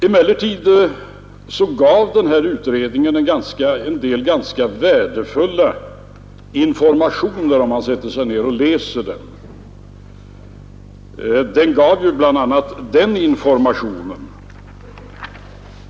När man läser bostadsbeskattningsutredningens betänkande finner man emellertid att det ger en del ganska värdefulla informationer.